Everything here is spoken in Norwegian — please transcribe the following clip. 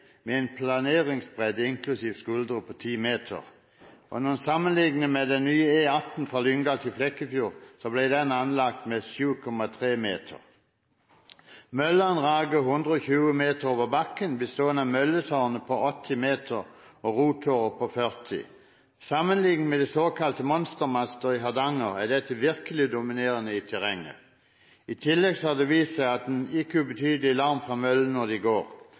planeringsbredde – inklusive skuldrer – på ti meter. Hvis man sammenligner med den nye E39 fra Lyngdal til Flekkefjord, ble den anlagt med 7,3 meters bredde. Møllene rager 120 meter over bakken og består av mølletårn på 80 meter og rotorer på 40 meter. Sammenlignet med de såkalte monstermastene i Hardanger, er dette virkelig dominerende i terrenget. I tillegg har det vist seg at det er en ikke ubetydelig larm fra møllene når de går.